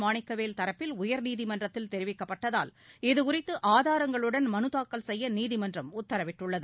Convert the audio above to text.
மாணிக்கவேல் தரப்பில் உயர்நீதிமன்றத்தில் தெரிவிக்கப்பட்டதால் இதுகுறித்து ஆதாரங்களுடன் மனுதாக்கல் செய்ய நீதிமன்றம் உத்தரவிட்டுள்ளது